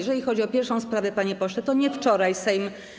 Jeżeli chodzi o pierwszą sprawę, panie pośle, to nie wczoraj Sejm.